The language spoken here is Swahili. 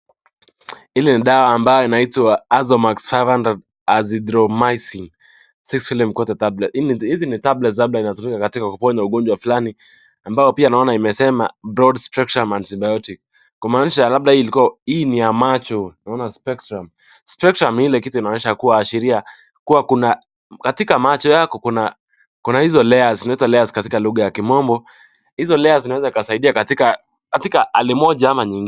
Hii ni dawa ambayo inaitwa Azomax 500 azithromycin 6 film-coated tablets . Hizi ni tablets labda inatumika katika kuponya ugonjwa fulani, ambao pia naona imesema, " broad-spectrum antibiotic ." Kumaanisha labda hii ilikuwa, hii ni ya macho. Unaona spectrum ? Spectrum ni ile kitu inaonyesha kuashiria kuwa kuna, katika macho yako kuna, kuna hizo layers . Unaita layers katika lugha ya kimombo, hizo layers zinaweza zikasaidia katika, katika hali moja ama nyingine.